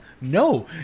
No